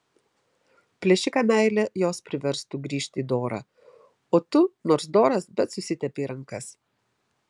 plėšiką meilė jos priverstų grįžt į dorą o tu nors doras bet susitepei rankas